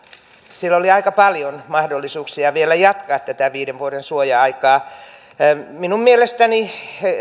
siellä oli aika paljon mahdollisuuksia vielä jatkaa tätä viiden vuoden suoja aikaa minun mielestäni